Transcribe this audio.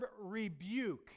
rebuke